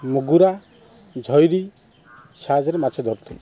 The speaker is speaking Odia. ମଗୁରା ଝଇରି ସାହାଯ୍ୟରେ ମାଛ ଧରୁଥୁଲୁ